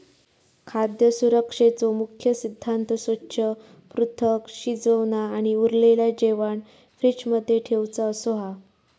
खाद्य सुरक्षेचो मुख्य सिद्धांत स्वच्छ, पृथक, शिजवना आणि उरलेला जेवाण फ्रिज मध्ये ठेउचा असो हा